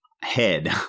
head